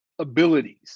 Abilities